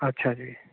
ਅੱਛਾ ਜੀ